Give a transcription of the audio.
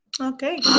Okay